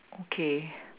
okay